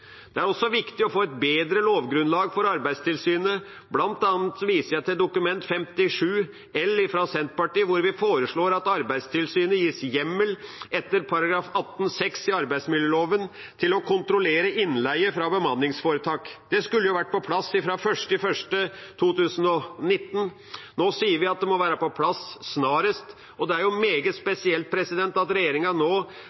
Det er også viktig å få et bedre lovgrunnlag for Arbeidstilsynet. Jeg viser bl.a. til Dokument 8:57 L for 2018–2019, fra Senterpartiet, hvor vi foreslår at Arbeidstilsynet gis hjemmel etter § 18-6 i arbeidsmiljøloven til å kontrollere innleie fra bemanningsforetak. Det skulle vært på plass fra 1. januar 2019. Nå sier vi at det må være på plass snarest, og det er jo meget